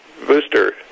booster